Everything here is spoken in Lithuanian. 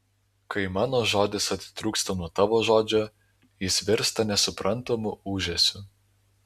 kai mano žodis atitrūksta nuo tavo žodžio jis virsta nesuprantamu ūžesiu